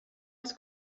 els